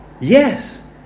yes